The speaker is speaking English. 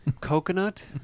Coconut